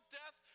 death